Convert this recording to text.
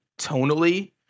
tonally